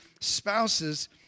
spouses